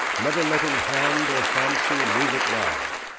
never letting hand or fancy move at large,